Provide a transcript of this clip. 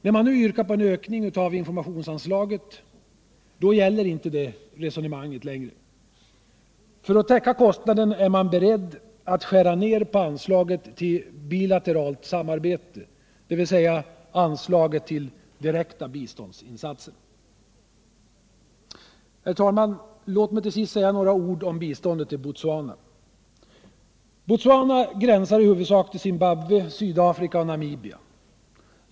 När man nu yrkar på en ökning av informationsanslaget gäller det resonemanget inte längre. För att täcka kostnaden är man beredd att skära ned på anslaget till bilateralt samarbete, dvs. anslaget till direkta biståndsinsatser. Herr talman! Låt mig till sist säga några ord om biståndet till Botswana. Botswana gränsar i huvudsak till Zimbabwe, Sydafrika och Namibia.